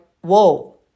whoa